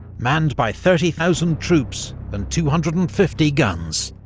manned by thirty thousand troops and two hundred and fifty guns.